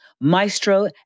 maestro